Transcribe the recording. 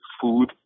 food